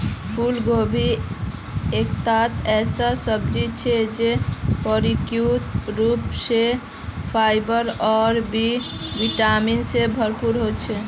फूलगोभी एकता ऐसा सब्जी छिके जे प्राकृतिक रूप स फाइबर और बी विटामिन स भरपूर ह छेक